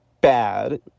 bad